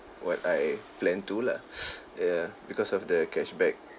what I plan to lah yeah because of the cashback